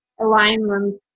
alignment